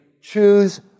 Choose